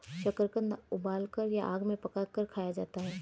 शकरकंद उबालकर या आग में पकाकर खाया जाता है